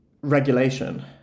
regulation